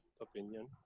opinion